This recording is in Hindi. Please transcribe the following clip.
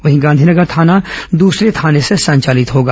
वहीं गांधी नगर थाना दूसरे थाने से संचालित होगा